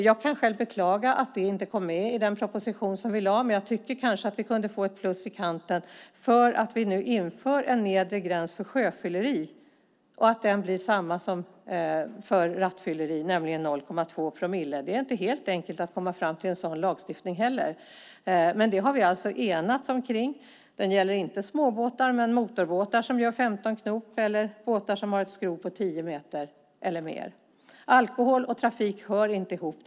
Jag kan beklaga att det inte kom med i den proposition som vi lade fram, men jag tycker att vi kunde få ett plus i kanten för att vi nu inför en nedre gräns för sjöfylleri. Den blir densamma som för rattfylleri, nämligen 0,2 promille. Det är inte helt enkelt att komma fram till en sådan lagstiftning, men det har vi enats om. Det gäller inte småbåtar, men motorbåtar som gör 15 knop och båtar som har ett skrov på tio meter eller mer. Alkohol och trafik hör inte ihop.